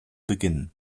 beginnen